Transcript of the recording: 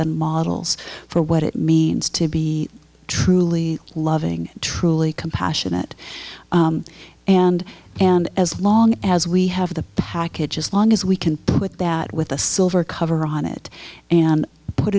and models for what it means to be truly loving truly compassionate and and as long as we have the package as long as we can with that with a silver cover on it and put